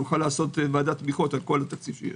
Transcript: נוכל לעשות ועדת תמיכות על כל התקציב שיש.